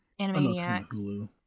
Animaniacs